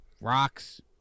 rocks